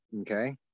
Okay